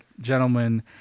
gentlemen